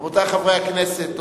רבותי חברי הכנסת,